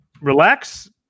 relax –